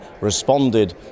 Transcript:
responded